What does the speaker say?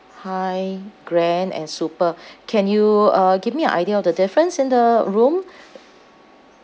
high grand and super can you uh give me an idea of the difference in the room